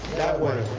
that way.